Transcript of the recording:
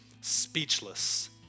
speechless